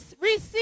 receive